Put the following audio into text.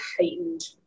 heightened